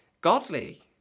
godly